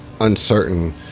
uncertain